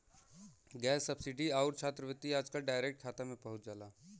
gas subsidy आउर छात्रवृत्ति आजकल डायरेक्ट खाता में पहुंच जाला